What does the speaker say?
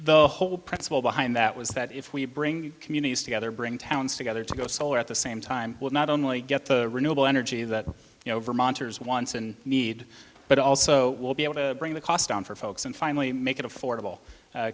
the whole principle behind that was that if we bring communities together bring towns together to go solar at the same time will not only get the renewable energy that you know vermonters wants and need but also will be able to bring the cost down for folks and finally make it affordable